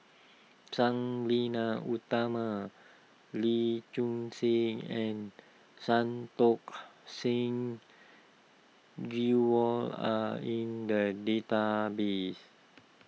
Sang Nila Utama Lee Choon Seng and Santokh Singh Grewal are in the database